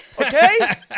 Okay